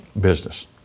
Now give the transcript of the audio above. business